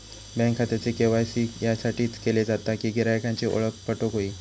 bank खात्याचे KYC याच्यासाठीच केले जाता कि गिरायकांची ओळख पटोक व्हयी